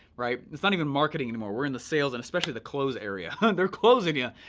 right? it's not even marketing anymore, we're in the sales, and especially the close area. they're closing you,